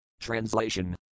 Translation